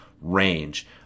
range